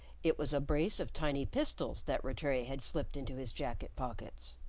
it was a brace of tiny pistols that rattray had slipped into his jacket pockets.